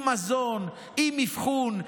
עם מזון,